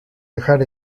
dejar